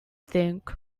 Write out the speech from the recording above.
think